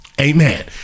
Amen